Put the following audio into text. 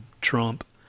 Trump